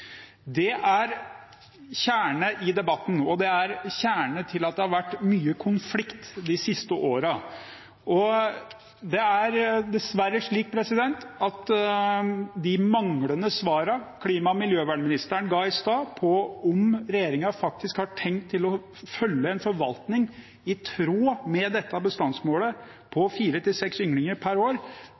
Det er kjernen i debatten, og det er kjernen til at det har vært mye konflikt de siste årene. Det er dessverre slik at de manglende svarene klima- og miljøministeren ga i stad på om regjeringen faktisk har tenkt å følge en forvaltning i tråd med dette bestandsmålet på fire–seks ynglinger per år,